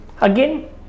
Again